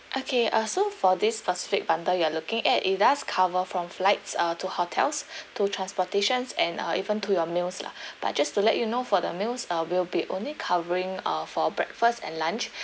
okay uh so for this specific bundle you are looking at it does cover from flights uh to hotels to transportations and uh even to your meals lah but I just to let you know for the meals uh we'll be only covering uh for breakfast and lunch